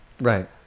Right